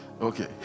Okay